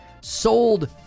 sold